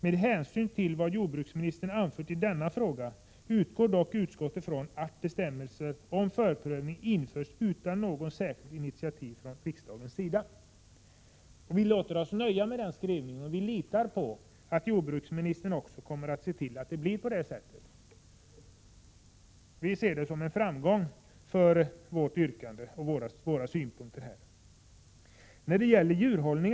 Med hänsyn till vad jordbruksministern anfört i denna fråga ——— utgår dock utskottet från att bestämmelser om förprövning införs utan något särskilt initiativ från riksdagens sida.” Vi låter oss nöja med denna skrivning, och vi litar på att jordbruksministern också kommer att se till att det blir på det sättet. Vi ser detta som en framgång för vårt yrkande och våra synpunkter i detta sammanhang.